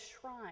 shrine